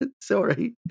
Sorry